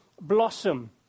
blossom